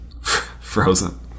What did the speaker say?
Frozen